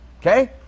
okay